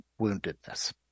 woundedness